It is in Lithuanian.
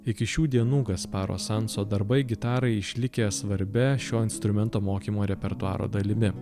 iki šių dienų gasparo sanso darbai gitarai išlikę svarbia šio instrumento mokymo repertuaro dalimi